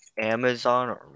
Amazon